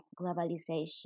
globalization